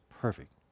perfect